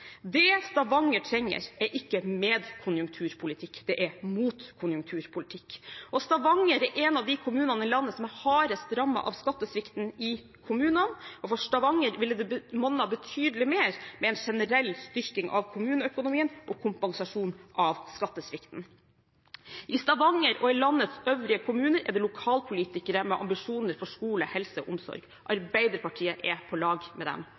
Det Stavanger trenger, er ikke medkonjunkturpolitikk, det er motkonjunkturpolitikk. Stavanger er en av de kommunene i landet som er hardest rammet av skattesvikten i kommunene, og for Stavanger ville det monnet betydelig mer med en generell styrking av kommuneøkonomien og kompensasjon av skattesvikten. I Stavanger og i landets øvrige kommuner er det lokalpolitikere med ambisjoner for skole, helse og omsorg. Arbeiderpartiet er på lag med dem.